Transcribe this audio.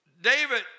David